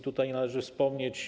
Tutaj należy wspomnieć.